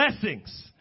blessings